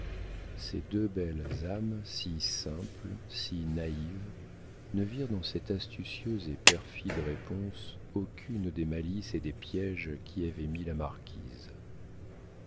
ces deux belles âmes si simples si naïves ne virent dans cette astucieuse et perfide réponse aucune des malices et des piéges qu'y avait mis la marquise